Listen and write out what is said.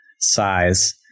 size